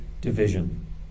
division